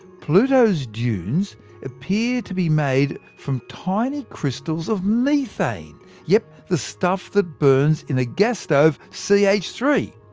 pluto's dunes appear to be made from tiny crystals of methane yep, the stuff that burns in a gas stove, c h three!